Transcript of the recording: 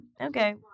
Okay